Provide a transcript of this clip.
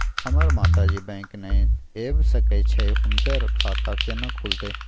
हमर माता जी बैंक नय ऐब सकै छै हुनकर खाता केना खूलतै?